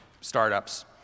startups